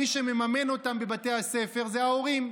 מי שמממן אותם בבתי הספר זה ההורים.